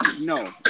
no